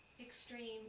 extreme